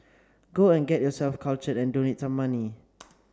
go and get yourself cultured and donate some money